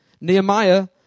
Nehemiah